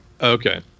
Okay